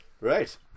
Right